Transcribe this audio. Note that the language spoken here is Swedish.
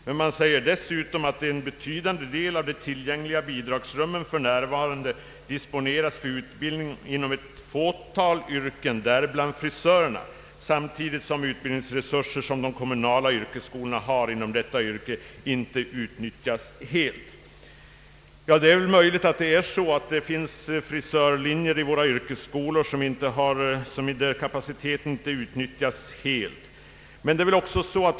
Men sedan säger man att en betydande del av de tillgängliga bidragsrummen för närvarande disponeras för utbildning inom ett fåtal yrken, däribland frisöryrket, samtidigt som de utbildningsresurser som den kommunala yrkesskolan har inom detta yrke inte utnyttjas helt. Det är möjligt att vid våra yrkesskolor finns frisörlinjer där kapaciteten inte utnyttjas helt.